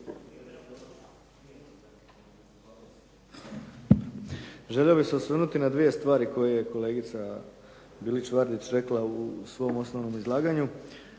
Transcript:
Želio bih se osvrnuti na dvije stvari koje je kolegica Bilić Vardić rekla u svom osnovnom izlaganju.